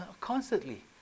constantly